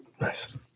Nice